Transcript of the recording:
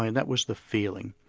and that was the feeling.